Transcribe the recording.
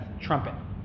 trumpet